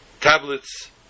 tablets